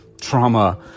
trauma